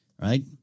right